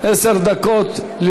משק המדינה (תיקון,